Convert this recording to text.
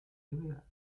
céréales